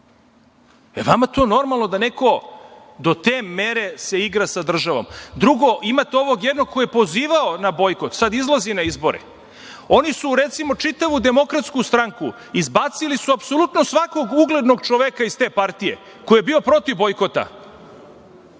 vama to normalno da neko do te mere se igra sa državom? Drugo, imate ovog jednog koji je pozivao na bojkot, sada izlazi na izbore. Oni su, recimo, iz čitave Demokratske stranke izbacili apsolutno svakog uglednog čoveka, iz te partije, koji je bio protiv bojkota,